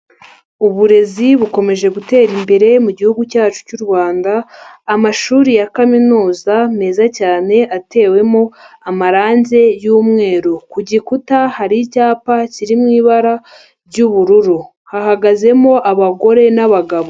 Uburezi bukomeje gutera imbere mu gihugu cyacu cy'u Rwanda, amashuri ya kaminuza meza cyane atewemo amarangi y'umweru. Ku gikuta hari icyapa kiri mu ibara ry'ubururu. Hahagazemo abagore n'abagabo.